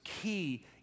key